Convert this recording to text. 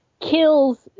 kills